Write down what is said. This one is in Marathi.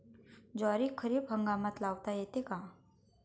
ज्वारी खरीप हंगामात लावता येते का?